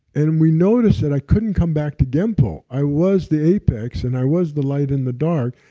and and we noticed that i couldn't come back to genpo i was the apex and i was the light and the dark,